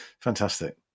Fantastic